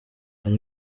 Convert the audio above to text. hari